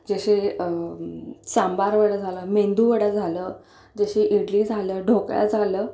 जसे सांबारवडा झालं मेंदूवडा झालं जशी इडली झालं ढोकळा झालं